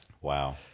Wow